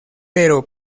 pero